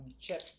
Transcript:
chip